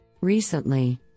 Recently